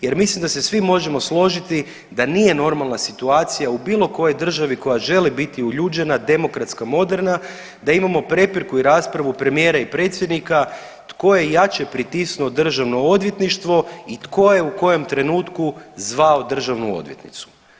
Jer mislim da se svi možemo složiti da nije normalna situacija u bilo kojoj državi koja želi biti u uljuđena, demokratska, moderna, da imamo prepirku i raspravu premijera i predsjednika tko je jače pritisnuo Državno odvjetništvo i tko je u kojem trenutku zvao državnu odvjetnicu.